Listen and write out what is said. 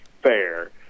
fair